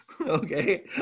Okay